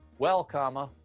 well, comma,